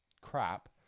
crap